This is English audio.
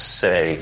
say